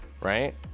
right